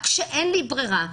רק כשאין לי ברירה,